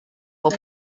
pop